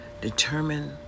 Determine